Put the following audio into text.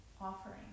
offering